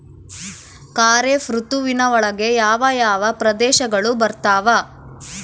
ಖಾರೇಫ್ ಋತುವಿನ ಒಳಗೆ ಯಾವ ಯಾವ ಪ್ರದೇಶಗಳು ಬರ್ತಾವ?